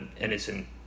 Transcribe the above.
innocent